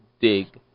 dig